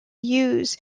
use